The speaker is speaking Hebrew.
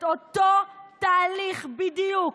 אותו תהליך בדיוק,